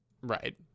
Right